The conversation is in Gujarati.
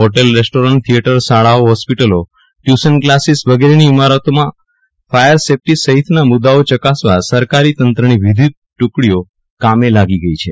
ફોટલરેસ્ટોરન્ટ થિચેટરશાળાઓફોસ્પિટલોટ્યુશન કલાશીશ વગેરેની ઈમારતોમાં ફાયર શેફટી સહિતના મુદાઓ ચકાસવા સરકારી તંત્રની વિવિધ ટુકડીઓ કામે લાગી ગઈ છે